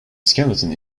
skeleton